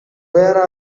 where